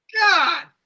God